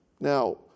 Now